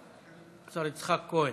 השר יצחק כהן.